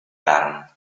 bern